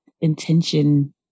intention